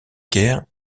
caire